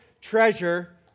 treasure